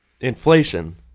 inflation